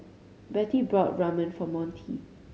Bettie bought Ramen for Monty